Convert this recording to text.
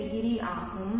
20 ஆகும்